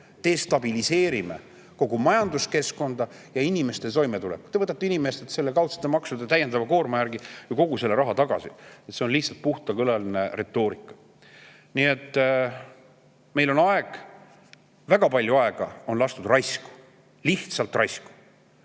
me destabiliseerime selle nimel kogu majanduskeskkonna ja inimeste toimetuleku. Te võtate inimestelt kaudsete maksude täiendava koormaga kogu selle raha ju tagasi, see on lihtsalt puhtakõlaline retoorika. Nii et meil on väga palju aega lastud raisku, lihtsalt raisku.